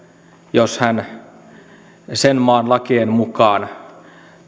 jos hän sen maan lakien mukaan